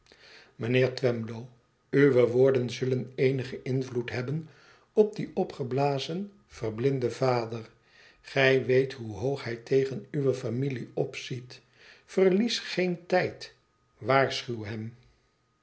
mijnheer twemlow uwe woorden zullen eenigen invloed hebben op dien opgeblazen verblinden vader gij weet hoe hoog hij tegen uwe fami lie ziet verlies geen tijd waarschuw hem